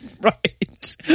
Right